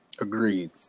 Agreed